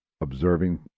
observing